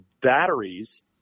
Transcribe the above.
batteries